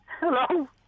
Hello